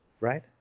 right